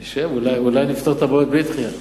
נשב, אולי נפתור את הבעיות בלי דחייה.